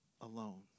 alone